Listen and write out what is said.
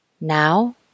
Now